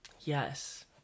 Yes